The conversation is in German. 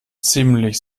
ziemlich